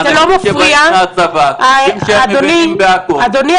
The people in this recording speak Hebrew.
כי אנחנו פשוט רואים --- חושבים שהם מבינים בכול --- אדוני,